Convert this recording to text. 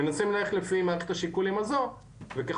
מנסים ללכת לפי מערכת השיקולים הזו וכלל